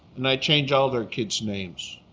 and i change all their kids names